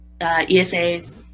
ESA's